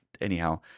anyhow